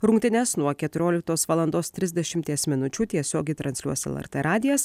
rungtynes nuo keturioliktos valandos trisdešimt minučių tiesiogiai transliuos lrt radijas